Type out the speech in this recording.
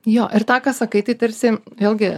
jo ir tą ką sakai tai tarsi vėlgi